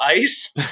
ice